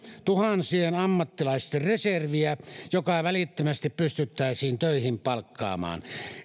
tuhansien ammattilaisten reserviä joka välittömästi pystyttäisiin töihin palkkaamaan